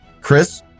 Chris